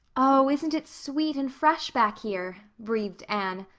oh, isn't it sweet and fresh back here? breathed anne.